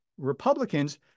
Republicans